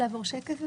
נעבור שקף.